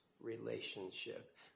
relationship